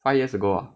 five years ago ah